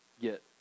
get